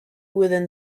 within